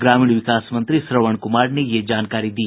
ग्रामीण विकास मंत्री श्रवण कुमार ने ये जानकारी दी